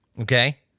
Okay